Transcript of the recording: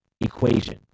equation